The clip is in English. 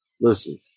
listen